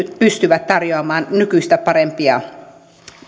pystyvät tarjoamaan nykyistä parempia